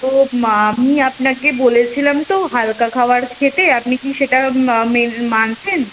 তো আমি আপনাকে বলেছিলাম তো হালকা খাবার খেতে আপনি কি সেটা মা মেন মানছেন